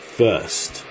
first